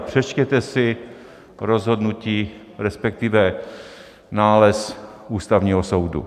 Přečtěte si rozhodnutí, respektive nález Ústavního soudu.